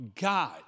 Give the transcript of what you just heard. God